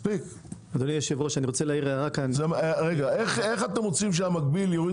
איך אתם רוצים שהיבואן המקביל יוריד